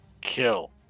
Kill